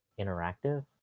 interactive